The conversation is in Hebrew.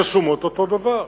רשומות אותו דבר.